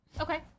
Okay